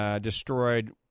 destroyed